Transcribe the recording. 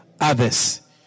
others